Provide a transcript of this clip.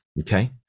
Okay